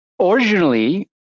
Originally